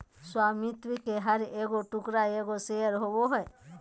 स्वामित्व के हर एगो टुकड़ा एगो शेयर होबो हइ